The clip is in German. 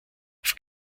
auf